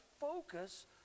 focus